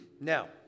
Now